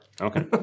Okay